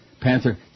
Panther